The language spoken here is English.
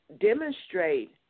demonstrate